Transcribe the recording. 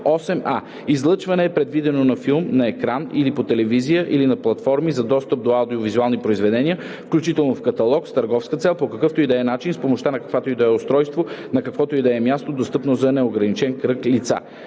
„8а. „Излъчване“ е предаването на филм на екран или по телевизия, или на платформи за достъп до аудио-визуални произведения, включени в каталог, с търговска цел по какъвто и да е начин, с помощта на каквото и да е устройство, на каквото и да е място, достъпно за неограничен кръг лица.“